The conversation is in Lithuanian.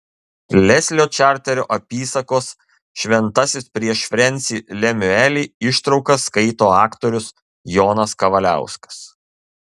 leslio čarterio apysakos šventasis prieš frensį lemiuelį ištraukas skaito aktorius jonas kavaliauskas